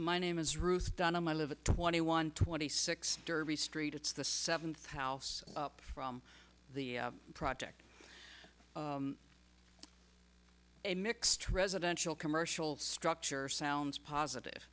my name is ruth dunham i live at twenty one twenty six derby street it's the seventh house up from the project a mixed residential commercial structure sounds positive